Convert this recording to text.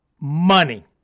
money